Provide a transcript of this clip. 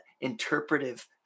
interpretive